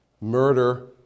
murder